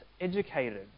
educated